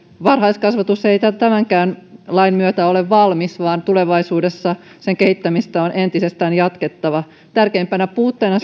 varhaiskasvatus ei tämänkään lain myötä ole valmis vaan tulevaisuudessa sen kehittämistä on entisestään jatkettava tärkeimpänä puutteena